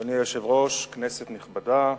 אדוני היושב-ראש, כנסת נכבדה,